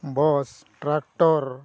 Bose tractor